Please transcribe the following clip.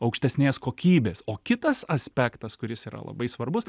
aukštesnės kokybės o kitas aspektas kuris yra labai svarbus